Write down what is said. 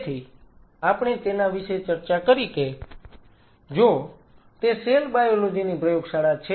તેથી આપણે તેના વિશે ચર્ચા કરી કે જો તે સેલ બાયોલોજી ની પ્રયોગશાળા છે